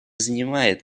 занимает